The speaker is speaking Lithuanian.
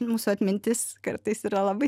mūsų atmintis kartais yra labai